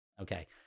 okay